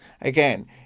again